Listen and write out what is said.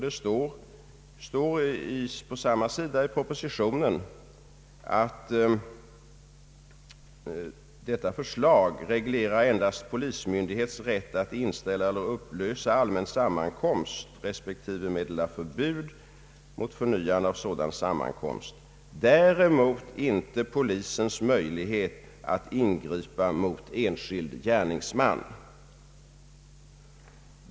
Det står på samma sida i propositionen att detta förslag reglerar endast polismyndighets rätt att inställa eller upplösa allmän sammankomst respektive meddela förbud mot förnyande av samma sammankomst, däremot inte polisens möjlighet att ingripa mot enskild gärningsman.